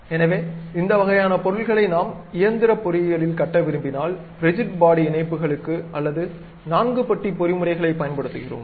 எனவே இந்த வகையான பொருள்களை நாம் இயந்திர பொறியியலில் கட்ட விரும்பினால் ரிஜிட் பாடி இணைப்புகளுக்கு அல்லது நான்கு பட்டி பொறிமுறைகாக பயன்படுத்துகிறோம்